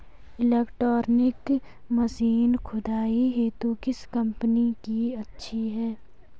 Electronic machine खुदाई हेतु किस कंपनी की अच्छी है?